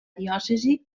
diòcesi